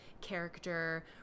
character